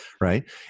right